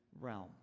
realm